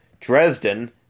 Dresden